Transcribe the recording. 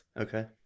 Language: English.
okay